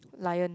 Lion